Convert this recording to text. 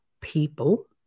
people